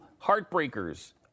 Heartbreakers